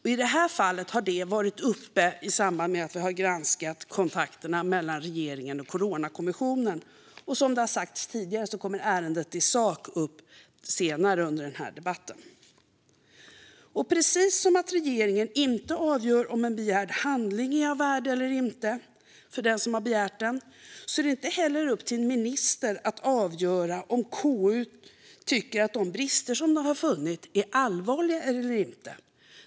I det här fallet har det varit uppe i samband med att vi har granskat kontakterna mellan regeringen och Coronakommissionen. Som har sagts tidigare kommer det ärendet att tas upp i sak senare under debatten. Precis som att regeringen inte avgör om en begärd handling är av värde eller inte för den som har begärt ut den är det inte heller upp till en minister att avgöra om KU tycker att de brister som KU har funnit är allvarliga eller inte.